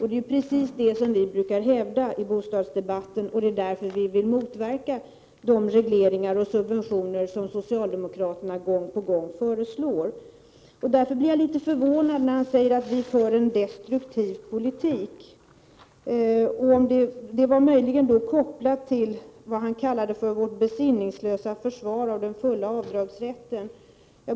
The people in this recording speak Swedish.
Det är precis vad vi brukar hävda i bostadsdebatten, och det är därför vi vill motverka de regleringar och subventioner som socialdemokraterna gång på gång föreslår. Därför blir jag litet förvånad när han säger att vi för en destruktiv politik. Det var möjligen kopplat till vad han kallade för vårt besinningslösa försvar av den fulla avdragsrätten.